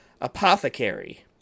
apothecary